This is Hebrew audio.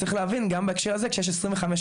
צריך להבין גם בהקשר הזה כשיש 25,000